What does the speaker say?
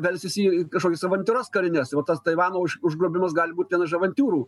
velsis į kažkokias avantiūras karines tai va tas taivano už užgrobimas gali būt viena iš avantiūrų